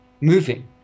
moving